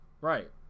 Right